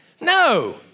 No